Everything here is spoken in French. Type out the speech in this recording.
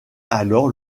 alors